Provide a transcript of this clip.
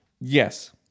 Yes